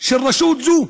של רשות זו.